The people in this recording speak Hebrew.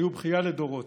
היו בכייה לדורות.